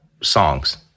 songs